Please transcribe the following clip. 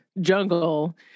jungle